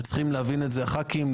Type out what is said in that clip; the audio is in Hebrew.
וצריכים להבין את זה חברי הכנסת,